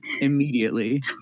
immediately